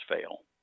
fail